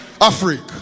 Africa